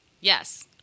Yes